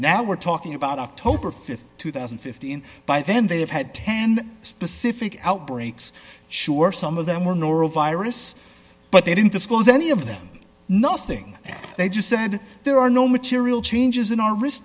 now we're talking about october th two thousand and fifteen by then they have had ten specific outbreaks sure some of them were norovirus but they didn't disclose any of them nothing they just said there are no material changes in our ris